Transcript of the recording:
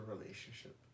relationship